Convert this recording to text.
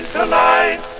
tonight